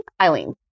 Eileen